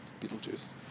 Beetlejuice